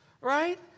right